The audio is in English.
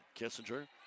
Kissinger